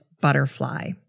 Butterfly